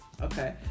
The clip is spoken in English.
Okay